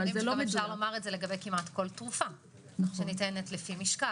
אפשר לומר את זה כמעט לגבי כל תרופה שניתנת לפי משקל.